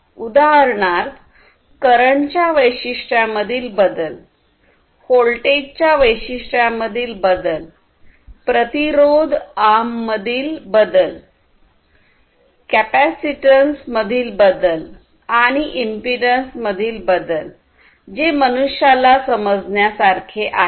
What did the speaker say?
उदाहरणार्थ करंटच्या वैशिष्ट्यामधील बदल होल्टेजच्या वैशिष्ट्यामधील बदलप्रतिरोधआमधील बदलकॅपॅसितन्स मधील बदल आणि इंपीडन्समधील बदल जे मनुष्याला समजण्यासारखे आहे